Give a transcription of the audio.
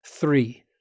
Three